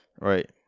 Right